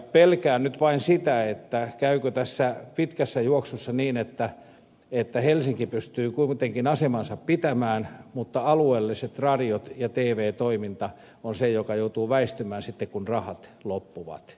pelkään nyt vain sitä käykö tässä pitkässä juoksussa niin että helsinki pystyy kuitenkin asemansa pitämään mutta alueelliset radiot ja tv toiminta on se joka joutuu väistymään sitten kun rahat loppuvat